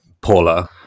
Paula